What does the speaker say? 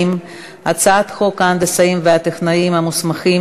הצעת חוק ההנדסאים והטכנאים המוסמכים